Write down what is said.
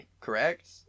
correct